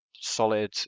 solid